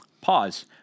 Pause